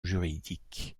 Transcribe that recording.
juridique